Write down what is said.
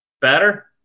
Better